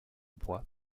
bois